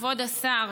כבוד השר,